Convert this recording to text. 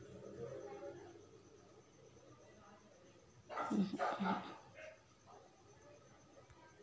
दीनदयाल अंत्योदय योजनेचा लाभ कोणाला मिळतो?